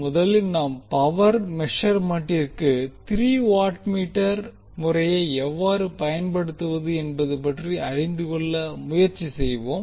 முதலில் நாம் பவர் மெஷெர்மண்டிற்கு த்ரீ வாட்மீட்டர் முறையை எவ்வாறு பயன்படுத்துவது என்பது பற்றி அறிந்துகொள்ள முயற்சி செய்வோம்